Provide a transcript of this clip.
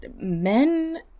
men